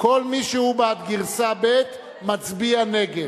וכל מי שהוא בעד גרסה ב' מצביע נגד.